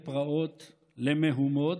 לפרעות ולמהומות,